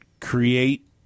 create